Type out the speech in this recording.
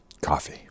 Coffee